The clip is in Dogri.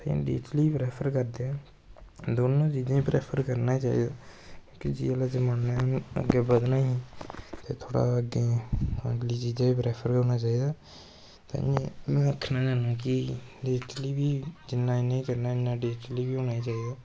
केईं डिजटली प्रैफर करदे दोनों चीज़ें गी परैफर करनां चाही दा कि जे एह् जेह् जमानैं अग्गैं बधना ऐं ते थोह्ड़ी अगली चीज़ें गी बी प्रैफर करना चाही दा ते में आखनां होन्नां कि जिन्नां इयां करनां डिजटली बी होना चाही दा